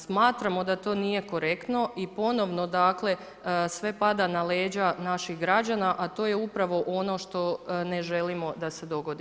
Smatramo da to nije korektno i ponovno dakle sve pada na leđa naših građana a to je upravo ono što ne želimo da se dogodi.